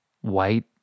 white